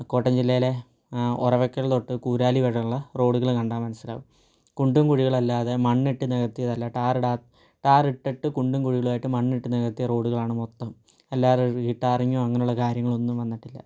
കോട്ടയം ജില്ലയിലെ ഒറവക്കൽ തൊട്ട് കൂഴാലി വരെയുള്ള റോഡുകൾ കണ്ടാൽ മനസ്സിലാകും കുണ്ടും കുഴികളും അല്ലാതെ മണ്ണിട്ട് നികത്തിയതല്ല ടാർ ഇടാ ടാർ ഇട്ടിട്ട് കുണ്ടും കുഴികളുമായിട്ട് മണ്ണിട്ട് നികത്തിയ റോഡുകളാണ് മൊത്തം അല്ലാതെ റീ ടാറിങോ അങ്ങനെയുള്ള കാര്യങ്ങളൊന്നും വന്നിട്ടില്ല